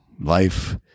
life